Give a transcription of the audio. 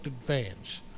fans